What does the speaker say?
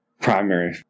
primary